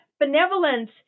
benevolence